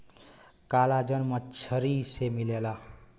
collagen मछरी से मिलला